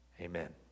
Amen